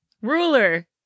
ruler